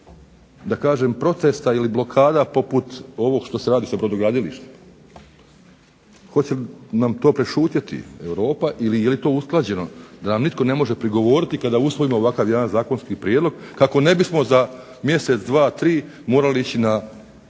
da kažem protesta ili blokada poput ovog što se radi sa brodogradilištima? Hoće li nam to prešutjeti Europa ili je li to usklađeno da nam nitko ne može prigovoriti kada usvojimo ovakav jedan zakonski prijedlog, kako nebismo za mjesec, dva, tri morali ići na